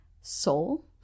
soul